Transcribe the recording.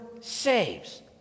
saves